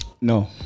No